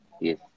Yes